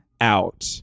out